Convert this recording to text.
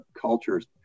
cultures